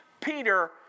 Peter